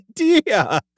idea